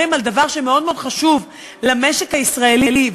על דבר שמאוד מאוד חשוב למשק הישראלי,